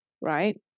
right